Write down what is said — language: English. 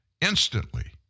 instantly